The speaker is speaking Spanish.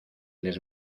les